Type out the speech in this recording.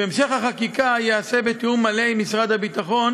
והמשך החקיקה ייעשה בתיאום מלא עם משרדי הביטחון